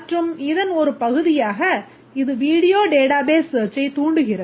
மற்றும் இதன் ஒரு பகுதியாக இது வீடியோ database search ஐ தூண்டுகிறது